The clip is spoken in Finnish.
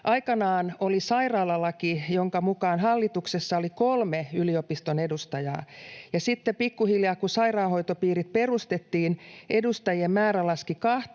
aikanaan oli sairaalalaki, jonka mukaan hallituksessa oli kolme yliopiston edustajaa, ja sitten pikkuhiljaa, kun sairaanhoitopiirit perustettiin, edustajien määrä laski